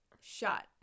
shot